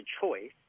choice